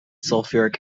sulfuric